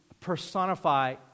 personify